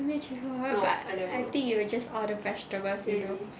你没有去过 right but I think you'll just order vegetables